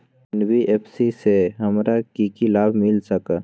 NBFC से हमार की की लाभ मिल सक?